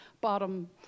bottom